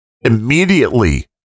immediately